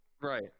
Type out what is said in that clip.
Right